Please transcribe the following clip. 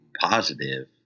positive